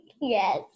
Yes